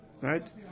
Right